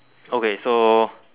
okay so